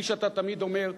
כפי שאתה תמיד אומר,